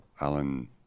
Alan